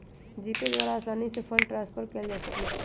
GPay द्वारा असानी से फंड ट्रांसफर कयल जा सकइ छइ